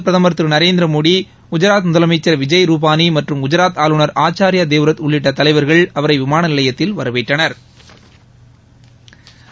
பிரதமர் திரு நரேந்திரமோடி குஜராத் முதலமைச்சர் விஜய் ரூபானி மற்றம் குஜராத் ஆளுநர் ஆச்சார்யா தேவ்ரத் உள்ளிட்ட தலைவா்கள் அவரை விமான நிலையத்தில் வரவேற்றனா்